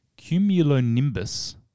Cumulonimbus